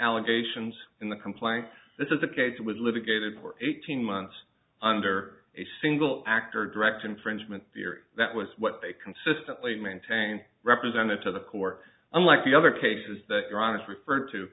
allegations in the complaint this is a case that was litigated for eighteen months under a single act or direct infringement theory that was what they consistently maintained represented to the court unlike the other cases that you're honest referred to